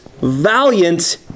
valiant